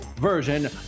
version